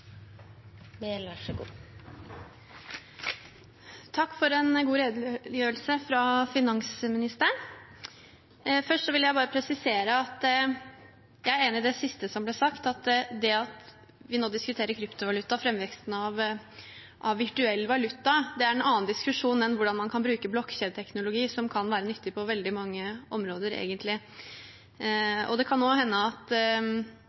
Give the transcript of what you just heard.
enig i det siste som ble sagt; det at vi nå diskuterer kryptovaluta og framveksten av virtuell valuta, er en annen diskusjon enn hvordan man kan bruke blokkjedeteknologi, som egentlig kan være nyttig på veldig mange områder. Det kan også hende at